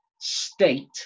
state